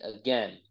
again